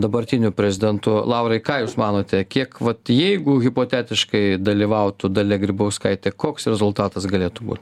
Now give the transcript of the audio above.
dabartiniu prezidentu laurai ką jūs manote kiek vat jeigu hipotetiškai dalyvautų dalia grybauskaitė koks rezultatas galėtų būt